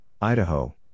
Idaho